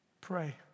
Pray